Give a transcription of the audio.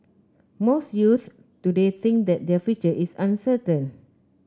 most youths today think that their future is uncertain